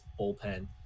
bullpen